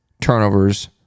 turnovers